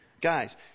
Guys